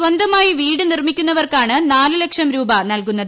സ്വന്തമായി വീട് നിർമിക്കുന്നവർക്കാണ് നാലു ലക്ഷം രൂപ നൽകുന്നത്